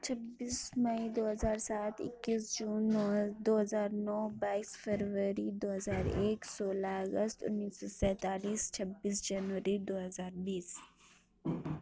چھبیس مئی دو ہزار سات اکیس جون نو دو ہزار نو بائیس فروری دو ہزار ایک سولہ اگست انیس سو سینتالیس چھبیس جنوری دو ہزار بیس